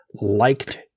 liked